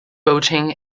boating